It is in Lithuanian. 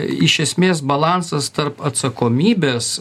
iš esmės balansas tarp atsakomybės